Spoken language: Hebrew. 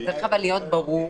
צריך אבל להיות ברור,